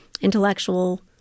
intellectual